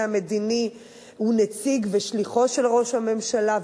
המדיני הוא נציגו ושליחו של ראש הממשלה,